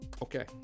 Okay